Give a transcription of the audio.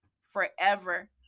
forever